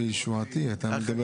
שם אנחנו